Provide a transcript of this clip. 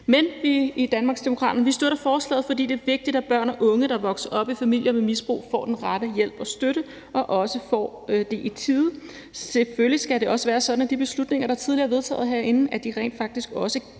af. I Danmarksdemokraterne støtter vi forslaget, fordi det vigtigt, at børn og unge, der vokser op i familier med misbrug, får den rette hjælp og støtte og også får det i tide. Selvfølgelig skal det også være sådan, at de beslutninger, der tidligere er vedtaget herinde, rent faktisk også